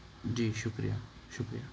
جی شکریہ شکریہ